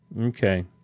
Okay